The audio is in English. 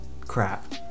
crap